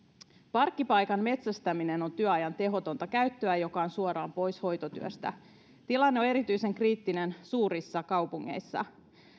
parkkipaikan metsästäminen on työajan tehotonta käyttöä mikä on suoraan pois hoitotyöstä tilanne on erityisen kriittinen suurissa kaupungeissa